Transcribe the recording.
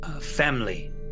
family